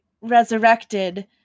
resurrected